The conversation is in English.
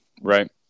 right